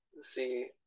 see